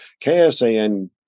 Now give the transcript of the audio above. KSAN